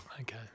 Okay